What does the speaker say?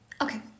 Okay